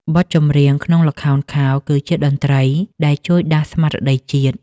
បទចម្រៀងក្នុងល្ខោនខោលគឺជាតន្ត្រី ដែលជួយដាស់ស្មារតីជាតិ។